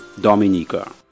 Dominica